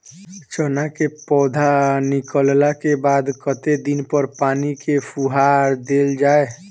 चना केँ पौधा निकलला केँ बाद कत्ते दिन पर पानि केँ फुहार देल जाएँ?